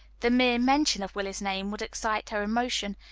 the mere mention of willie's name would excite her emotion,